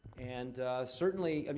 and certainly um